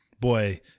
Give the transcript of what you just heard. Boy